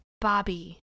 Bobby